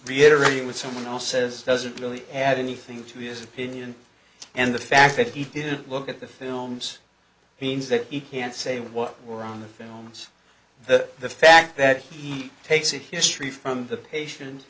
reiterating with someone else says doesn't really add anything to his opinion and the fact that he didn't look at the films means that he can't say what were on the films that the fact that he takes it history from the patient